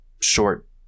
short